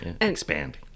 expand